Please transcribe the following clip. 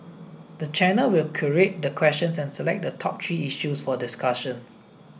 the channel will curate the questions and select the top three issues for discussion